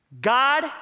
God